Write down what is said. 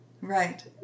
Right